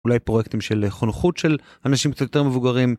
אולי פרויקטים של חונכות של אנשים קצת יותר מבוגרים.